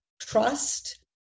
trust